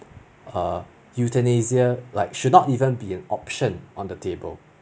err euthanasia like should not even be an option on the table